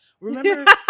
remember